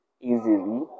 easily